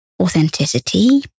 authenticity